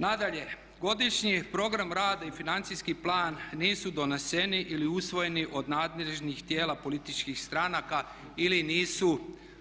Nadalje, godišnji program rada i financijski plan nisu doneseni ili usvojeni od nadležnih tijela političkih stranaka ili nisu